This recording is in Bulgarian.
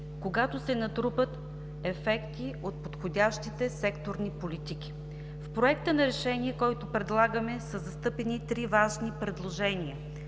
когато се натрупат ефекти от подходящите секторни политики. В проекта на решение, който предлагаме, са застъпени три важни предложения,